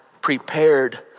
prepared